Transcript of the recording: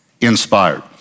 inspired